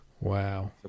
Wow